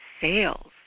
sales